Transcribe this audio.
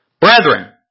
Brethren